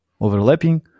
overlapping